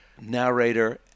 narrator